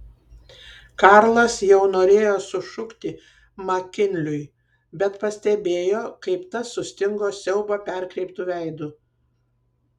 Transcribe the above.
karlas jau norėjo sušukti makinliui bet pastebėjo kaip tas sustingo siaubo perkreiptu veidu